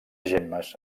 gemmes